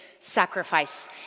sacrifice